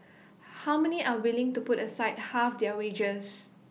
how many are willing to put aside half their wages